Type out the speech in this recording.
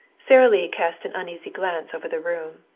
sara lee cast an uneasy glance over the room.